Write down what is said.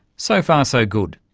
so far so good.